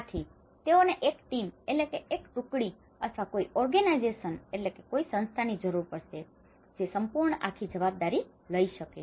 આથી તેઓને એક ટીમ team ટુકડી અથવા કોઈ ઓર્ગેનાઇઝેશનની organization સંસ્થા જરૂર પડશે જે આખી જવાબદારી લઈ શકે